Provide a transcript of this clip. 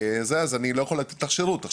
אז אני לא יכולה לתת לך שירות.